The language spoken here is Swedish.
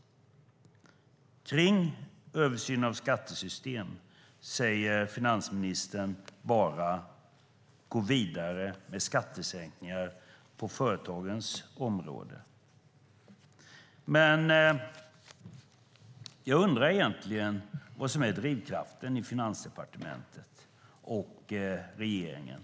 Om översyn av skattesystem säger finansministern bara att man ska gå vidare med skattesänkningar på företagens område. Jag undrar egentligen vad som är drivkraften i Finansdepartementet och regeringen.